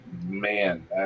man